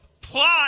plot